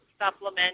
supplement